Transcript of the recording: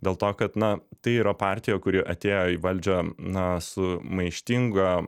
dėl to kad na tai yra partija kuri atėjo į valdžią na su maištinga